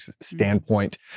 standpoint